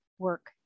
work